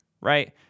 right